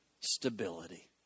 stability